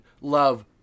love